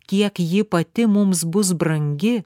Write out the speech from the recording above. kiek ji pati mums bus brangi